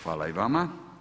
Hvala i vama.